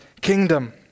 kingdom